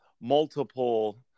multiple